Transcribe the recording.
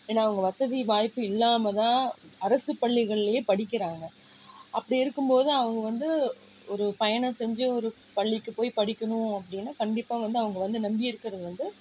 ஏன்னா அவங்க வசதி வாய்ப்பு இல்லாமல் தான் அரசு பள்ளிகள்லேயே படிக்கிறாங்க அப்படி இருக்கும்போது அவங்க வந்து ஒரு பயணம் செஞ்சு ஒரு பள்ளிக்கு போய் படிக்கணும் அப்படின்னா கண்டிப்பாக வந்து அவங்க வந்து நம்பி இருக்கிறது வந்து